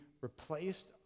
replaced